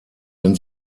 wenn